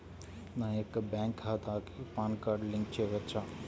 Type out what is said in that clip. నా యొక్క బ్యాంక్ ఖాతాకి పాన్ కార్డ్ లింక్ చేయవచ్చా?